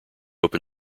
open